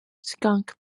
skunk